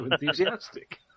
enthusiastic